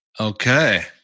Okay